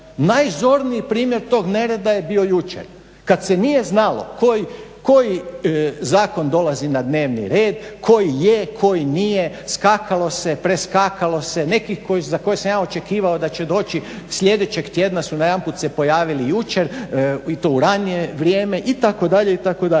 Najzorniji primjer tog nereda je bio jučer kad se nije znalo koji zakon dolazi ne dnevni red, koji je, koji nije, skakalo se, preskakalo se. Nekih za koje sam ja očekivao da će doći sljedećeg tjedna su najedanput se pojavili jučer i to u ranije vrijeme itd. itd.